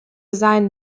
seinen